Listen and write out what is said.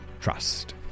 Trust